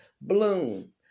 bloom